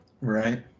Right